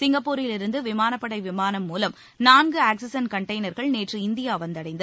சிங்கப்பூரிலிருந்து விமானப்படை விமானம் மூலம் நான்கு ஆக்ஸிஜன் கன்டெய்னர்கள் நேற்று இந்தியா வந்தடைந்து